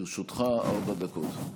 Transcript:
לרשותך ארבע דקות.